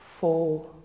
four